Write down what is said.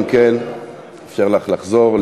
אם כן נאפשר לך לחזור,